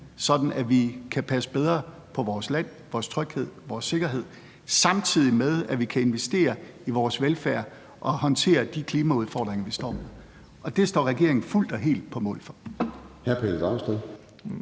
sådan at vi kan passe bedre på vores land, vores tryghed og vores sikkerhed, samtidig med at vi kan investere i vores velfærd og håndtere de klimaudfordringer, vi står med. Og det står regeringen fuldt og helt på mål for.